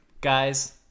guys